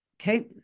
Okay